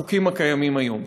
החוקים הקיימים היום.